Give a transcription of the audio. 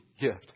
gift